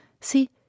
See